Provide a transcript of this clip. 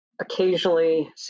occasionally